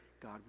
God